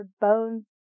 bones